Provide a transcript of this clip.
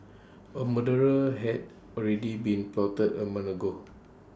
A murder had already been plotted A month ago